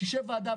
שתשב ועדה,